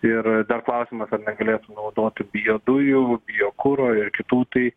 ir dar klausimas ar negalėtų naudoti biodujų biokuro ir kitų tai